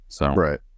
Right